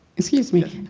excuse me,